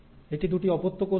এটি দুটি অপত্য কোষ দেয়